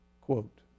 quote